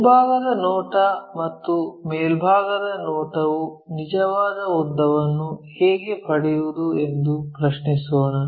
ಮುಂಭಾಗದ ನೋಟ ಮತ್ತು ಮೇಲ್ಭಾಗದ ನೋಟವು ನಿಜವಾದ ಉದ್ದವನ್ನು ಹೇಗೆ ಪಡೆಯುವುದು ಎಂದು ಪ್ರಶ್ನಿಸೋಣ